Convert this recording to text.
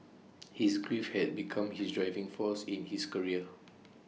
his grief had become his driving force in his career